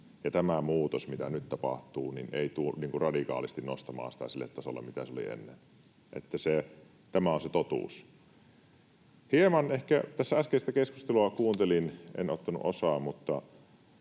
tämä muutos, mitä nyt tapahtuu, ei tule radikaalisti nostamaan sitä sille tasolle, mitä se oli ennen. Tämä on se totuus. Kun tässä äskeistä keskustelua kuuntelin — en ottanut osaa, mutta